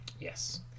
Yes